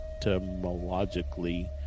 etymologically